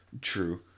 True